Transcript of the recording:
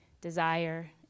desire